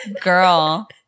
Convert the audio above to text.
girl